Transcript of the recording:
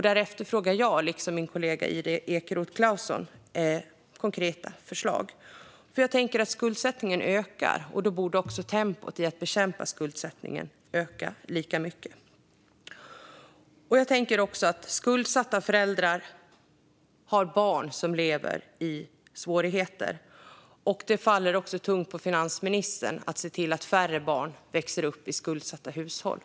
Där efterfrågar jag, liksom min kollega Ida Ekeroth Clausson, konkreta förslag. Skuldsättningen ökar. Då borde också tempot för att bekämpa skuldsättningen öka lika mycket. Jag tänker också att skuldsatta föräldrar har barn som lever i svårigheter. Det faller tungt på finansministern att se till att färre barn växer upp i skuldsatta hushåll.